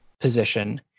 position